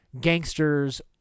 gangsters